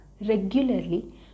regularly